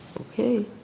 Okay